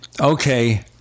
Okay